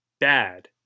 bad